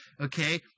Okay